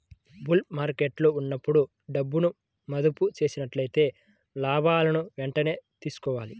bull మార్కెట్టులో ఉన్నప్పుడు డబ్బును మదుపు చేసినట్లయితే లాభాలను వెంటనే తీసుకోవాలి